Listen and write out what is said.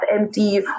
empty